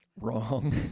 Wrong